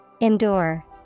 Endure